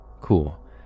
Cool